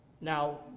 Now